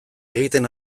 egiten